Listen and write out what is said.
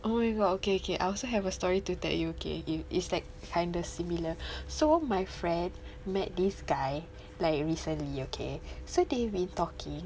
oh my god okay okay I also have a story to tell you okay it's like kinda similar so my friend met this guy like recently okay so they've been talking